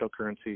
Cryptocurrency